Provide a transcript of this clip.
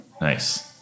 Nice